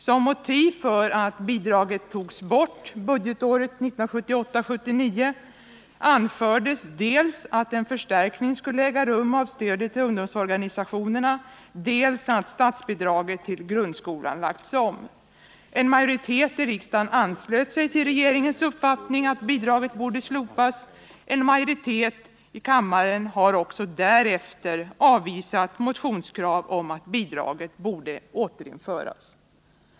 Som motiv för att bidraget togs bort budgetåret 1978/79 anfördes dels att en förstärkning av stödet till ungdomsorganisationerna skulle äga rum, dels att statsbidraget till grundskolan lagts om. En majoritet i riksdagen anslöt sig till regeringens uppfattning att bidraget borde slopas. En majoritet i riksdagen har också därefter avvisat motionskrav om att bidraget borde återinföras.